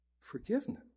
forgiveness